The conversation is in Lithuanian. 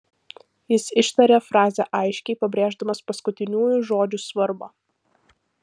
jis ištarė frazę aiškiai pabrėždamas paskutiniųjų žodžių svarbą